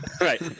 right